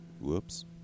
Whoops